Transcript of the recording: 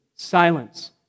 Silence